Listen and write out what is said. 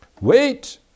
Wait